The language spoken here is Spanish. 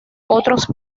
otros